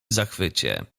zachwycie